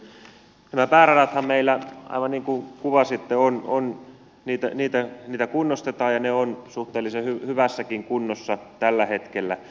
nämä pääradathan meillä aivan niin kuin kuvasitte ovat niitä mitä kunnostetaan ja ne ovat suhteellisen hyvässäkin kunnossa tällä hetkellä